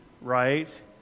right